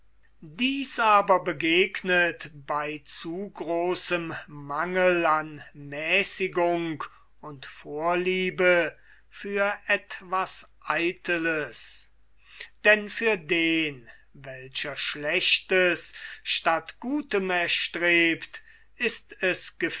dies aber begegnet bei zu großem mangel an mäßigung und vorliebe für etwas eiteles denn für den welcher schlechtes statt gutem erstrebt ist es